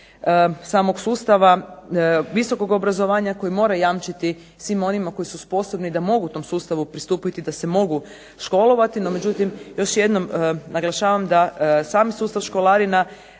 samog sustava visokog obrazovanja koji mora jamčiti svim onima koji su sposobni da mogu tom sustavu pristupiti i da se mogu školovati. No međutim, još jednom naglašavam da sami sustav školarina